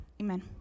amen